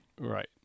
Right